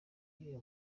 ibera